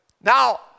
Now